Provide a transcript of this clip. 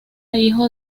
hijo